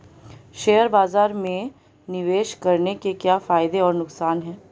Share बाज़ार में निवेश करने के क्या फायदे और नुकसान हैं?